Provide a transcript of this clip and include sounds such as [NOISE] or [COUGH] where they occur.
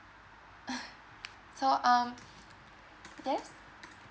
[LAUGHS] so um yes